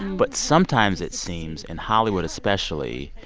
but sometimes it seems, in hollywood especially,